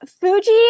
Fuji